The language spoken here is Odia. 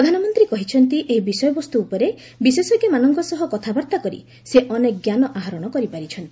ପ୍ରଧାନମନ୍ତ୍ରୀ କହିଚ୍ଚନ୍ତି ଏହି ବିଷୟବସ୍ତୁ ଉପରେ ବିଶେଷଜ୍ଞମାନଙ୍କ ସହ କଥାବାର୍ତ୍ତା କରି ସେ ଅନେକ ଜ୍ଞାନ ଆହରଣ କରିପାରିଚ୍ଚନ୍ତି